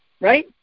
right